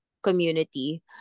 community